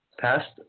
passed